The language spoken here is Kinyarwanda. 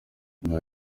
yagize